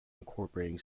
incorporating